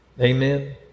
Amen